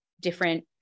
different